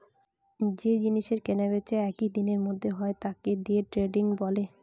যে জিনিসের কেনা বেচা একই দিনের মধ্যে হয় তাকে দে ট্রেডিং বলে